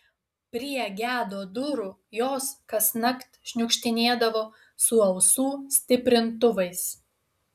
prie gedo durų jos kasnakt šniukštinėdavo su ausų stiprintuvais